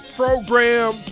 program